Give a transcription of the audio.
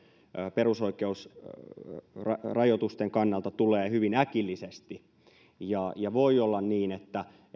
perusoikeusrajoitusten kannalta tulee hyvin äkillisesti ja ja voi olla niin että